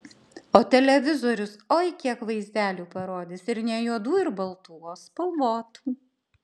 o televizorius oi kiek vaizdelių parodys ir ne juodų ir baltų o spalvotų